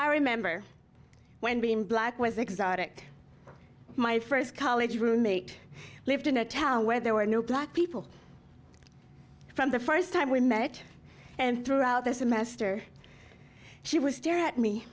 i remember when being black was exotic my first college roommate lived in a town where there were no black people from the first time we met and throughout the semester she was star